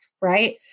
Right